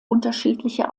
unterschiedliche